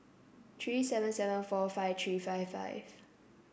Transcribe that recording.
three seven seven four five three five five